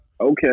okay